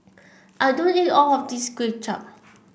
I do eat all of this Kway Chap